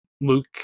Luke